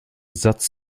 satz